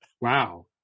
Wow